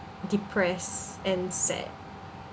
depress and sad